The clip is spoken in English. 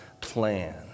plan